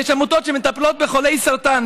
יש עמותות שמטפלות בחולי סרטן,